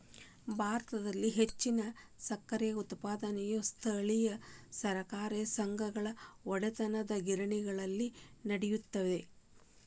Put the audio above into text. ಭಾರತದಲ್ಲಿ ಹೆಚ್ಚಿನ ಸಕ್ಕರೆ ಉತ್ಪಾದನೆಯು ಸ್ಥಳೇಯ ಸಹಕಾರ ಸಂಘಗಳ ಒಡೆತನದಗಿರಣಿಗಳಲ್ಲಿ ನಡೆಯುತ್ತದೆ